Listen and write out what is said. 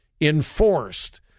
enforced